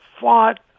fought